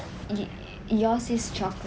y~ yours is chocolate